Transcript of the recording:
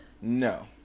No